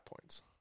points